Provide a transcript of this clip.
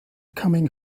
coming